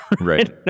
Right